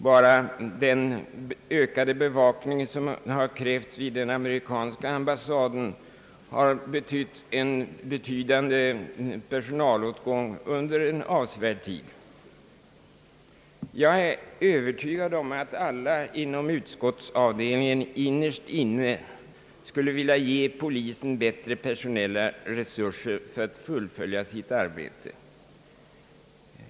Bara den ökade bevakning som har krävts vid den amerikanska ambassaden har inneburit en betydande personalåtgång under avsevärd tid. Jag är övertygad om att alla inom utskottsavdelningen innerst inne skulle vilja ge polisen bättre personella resurser för att fullfölja sitt arbete.